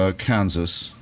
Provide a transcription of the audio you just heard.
ah kansas,